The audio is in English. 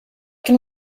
can